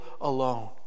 alone